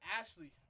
Ashley